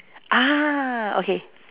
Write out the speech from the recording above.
ah okay